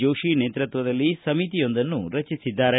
ಜೋಶಿ ನೇತೃತ್ವದಲ್ಲಿ ಸಮಿತಿಯೊಂದನ್ನು ರಚಿಸಿದ್ದಾರೆ